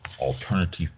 Alternative